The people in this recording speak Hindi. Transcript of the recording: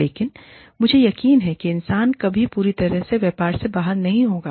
लेकिन मुझे यकीन है कि इंसान कभी पूरी तरह से व्यापार से बाहर नहीं होगा